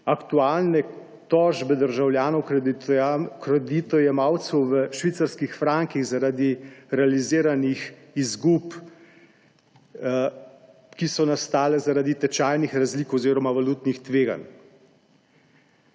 aktualne tožbe državljanov kreditojemalcev v švicarskih frankih zaradi realiziranih izgub, ki so nastale zaradi tečajnih razlik oziroma valutnih tveganj.